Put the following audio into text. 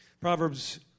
Proverbs